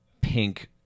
pink